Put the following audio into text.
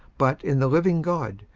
but in the living god,